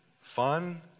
fun